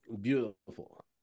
Beautiful